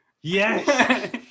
Yes